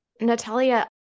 Natalia